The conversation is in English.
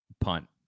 punt